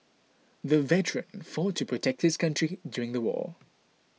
the veteran fought to protect his country during the war